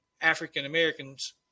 African-Americans